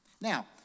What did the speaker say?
Now